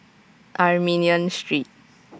Armenian Street